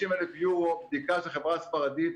50,000 יורו בדיקה של חברה ספרדית,